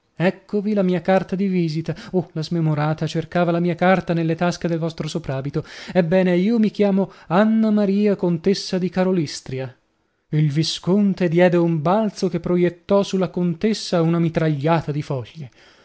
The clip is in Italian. eccovi la mia carta di visita oh la smemorata cercava la mia carta nelle tasche del vostro soprabito ebbene io mi chiamo anna maria contessa di karolystria il visconte diede un balzo che proiettò sulla contessa una mitragliata di foglie